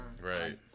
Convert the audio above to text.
Right